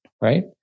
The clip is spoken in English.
right